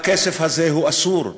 הכסף הזה הוא אסור.